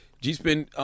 G-Spin